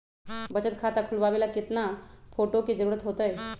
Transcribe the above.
बचत खाता खोलबाबे ला केतना फोटो के जरूरत होतई?